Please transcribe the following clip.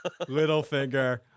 Littlefinger